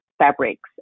fabrics